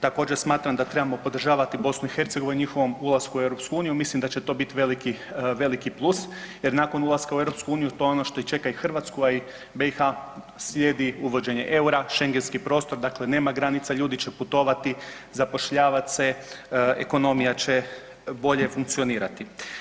Također smatram da trebamo podržavati BiH u njihovom ulasku u EU, mislim da će to biti veliki, veliki plus jer nakon ulaska u EU to je ono što čeka i Hrvatsku, a i BiH slijedi uvođenje EUR-a, Schengenski prostor, dakle nema granica, ljudi će putovati, zapošljavati se, ekonomija će bolje funkcionirati.